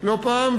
לא פעם.